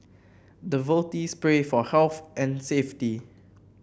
devotees pray for health and safety